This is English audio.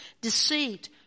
deceit